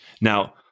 Now